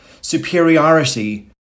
superiority